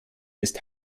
ist